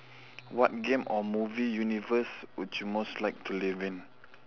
what game or movie universe would you most like to live in